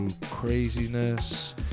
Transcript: craziness